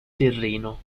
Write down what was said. terreno